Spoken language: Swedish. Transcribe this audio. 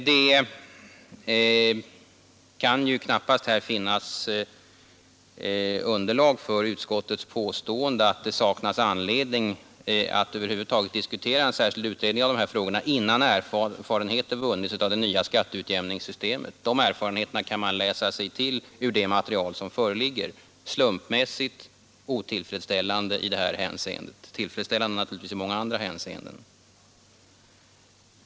Det kan knappast finnas underlag för utskottets påstående att det saknas anledning att över huvud taget diskutera en särskild utredning av de här frågorna innan erfarenheter vunnits av det nya skatteutjämningssystemet. De erfarenheterna kan man läsa sig till ur det material som föreligger — slumpmässigt och otillfredsställande i det här hänseendet, naturligtvis tillfredsställande i många andra hänseenden.